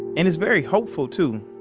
and it's very hopeful too